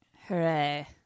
Hooray